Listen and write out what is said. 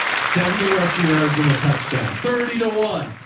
seventy rushing yards and a touchdown. thirty to one.